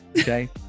okay